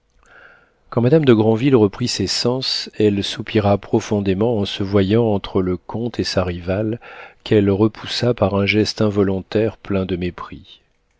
quand madame de granville reprit ses sens elle soupira profondément en se voyant entre le comte et sa rivale qu'elle repoussa par un geste involontaire plein de mépris